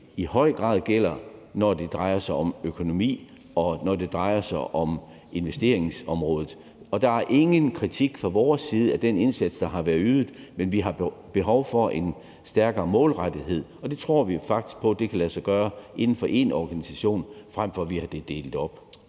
i høj grad gælder, når det drejer sig om økonomi, og når det drejer sig om investeringsområdet. Der er ingen kritik fra vores side af den indsats, der har været ydet, men vi har behov for en stærkere målrettethed, og det tror vi faktisk på bedre kan lade sig gøre inden for én organisation, frem for når vi har det delt op.